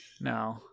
No